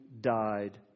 died